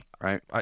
right